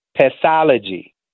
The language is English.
pathology